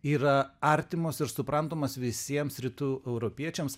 yra artimos ir suprantamos visiems rytų europiečiams